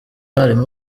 barimo